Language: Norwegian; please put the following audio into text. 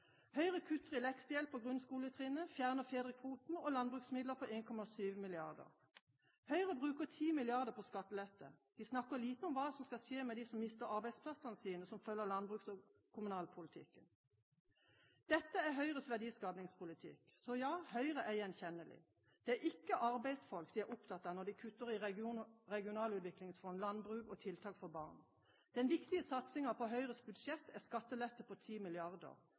Høyre kutter i leksehjelp på grunnskoletrinnet, fjerner fedrekvoten og landbruksmidler på 1,7 mrd. kr. Høyre bruker 10 mrd. kr på skattelette. De snakker lite om hva som skal skje med dem som mister arbeidsplassene sine som følge av landbruks- og kommunalpolitikken. Dette er Høyres verdiskapingspolitikk. Så, ja: Høyre er gjenkjennelig. Det er ikke arbeidsfolk de er opptatt av når de kutter i regionalutviklingsfond, landbruk og tiltak for barn. Den viktige satsingen på Høyres budsjett er skattelette på